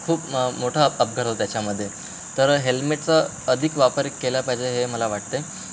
खूप म मोठा अपघात होतो त्याच्यामध्ये तर हेल्मेटचा अधिक वापर केला पाहिजे हे मला वाटते